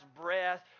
breath